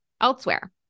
elsewhere